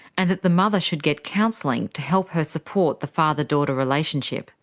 and that the mother should get counselling to help her support the father-daughter relationship